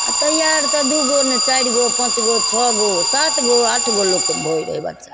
आओर तहिआ रे तऽ दुइ गो नहि चारि गो पाँच गो छओ गो सात गो आठ गो लोकके होइ रहै बच्चा